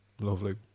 lovely